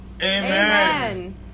Amen